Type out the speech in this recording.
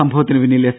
സംഭവത്തിന് പിന്നിൽ എസ്